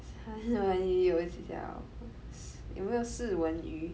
!huh! 三文鱼有几条纹有没有四文鱼